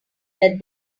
that